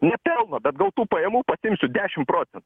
ne pelno bet gautų pajamų pasiimsiu dešimt procentų